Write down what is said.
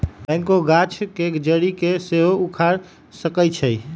backhoe गाछ के जड़ी के सेहो उखाड़ सकइ छै